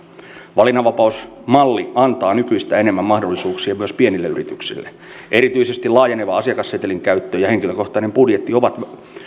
valinnanvapausmalli antaa nykyistä enemmän mahdollisuuksia myös pienille yrityksille erityisesti laajeneva asiakassetelin käyttö ja henkilökohtainen budjetti ovat